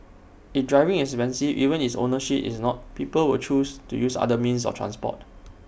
if driving is expensive even if ownership is not people will choose to use other means of transport